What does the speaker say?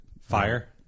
Fire